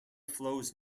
flows